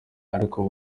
ariko